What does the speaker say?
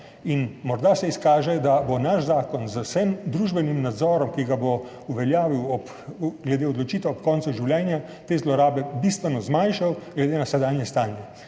in morda se izkaže, da bo naš zakon z vsem družbenim nadzorom, ki ga bo uveljavil glede odločitev ob koncu življenja, te zlorabe bistveno zmanjšal glede na sedanje stanje,